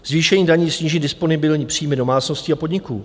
Zvýšení daní sníží disponibilní příjmy domácností a podniků.